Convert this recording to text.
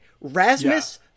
Rasmus